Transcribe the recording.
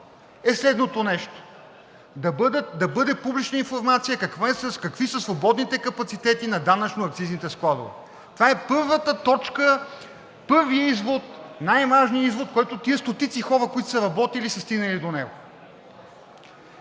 е следното нещо: да бъде публична информация какви са свободните капацитети на данъчно-акцизните складове. Това е първата точка, първият извод, най-важният извод, до който са стигнали тези стотици хора, които са работили! Защото така